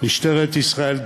משטרת ישראל,